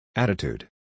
Attitude